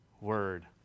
word